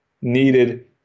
needed